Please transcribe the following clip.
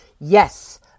Yes